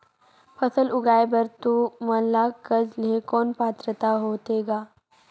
फसल उगाय बर तू मन ला कर्जा लेहे कौन पात्रता होथे ग?